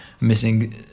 missing